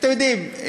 אתם יודעים,